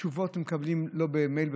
תשובות מקבלים לא במייל,